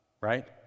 right